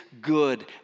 good